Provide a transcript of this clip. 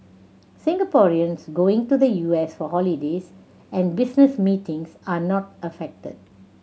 Singaporeans going to the U S for holidays and business meetings are not affected